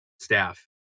staff